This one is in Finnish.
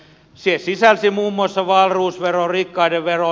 se sisälsi muun muassa wahlroos veron rikkaiden veron